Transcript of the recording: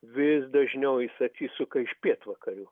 vis dažniau jis atsisuka iš pietvakarių